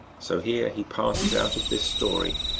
so here he passes out of this story,